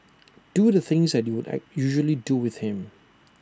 do the things that you at usually do with him